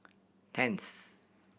tenth